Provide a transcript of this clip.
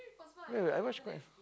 wait wait I watch quite